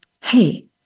Hey